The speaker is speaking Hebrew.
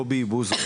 קובי בוזו,